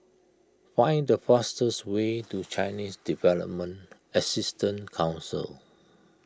find the fastest way to Chinese Development Assistance Council